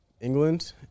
England